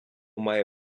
має